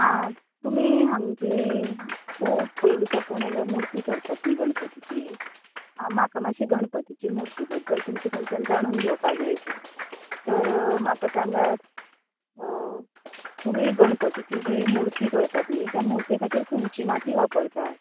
आ तुमी हांगची खूब पयली साकून हांगा मुर्ती करतात न्ही गणपतीची आ म्हाका मातशी गणपतीची मुर्ती बद्दल तुमच्या कडच्यान जाणून घेवपा जाय आशिल्ले तर म्हाका सांगात तुमी गणपतीची जी मुर्ती करतात न्ही त्या मुर्ती खातीर खंयची माती वापरतात